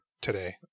today